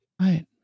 Right